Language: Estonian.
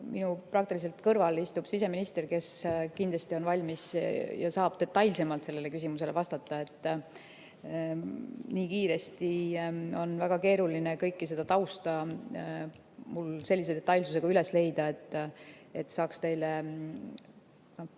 siin praktiliselt kõrval istub siseminister, kes kindlasti on valmis ja saab detailsemalt sellele küsimusele vastata. Nii kiiresti on väga keeruline kõike seda tausta mul sellise detailsusega üles leida, et saaks teile